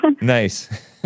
Nice